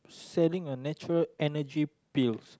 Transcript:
selling a natural Energy Pills